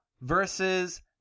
versus